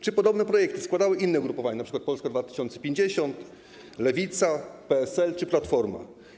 Czy podobne projekty składały inne ugrupowania, np. Polska 2050, Lewica, PSL czy Platforma?